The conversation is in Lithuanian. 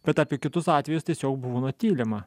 bet apie kitus atvejus tiesiog buvo nutylima